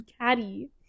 caddy